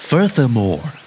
Furthermore